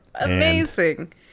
Amazing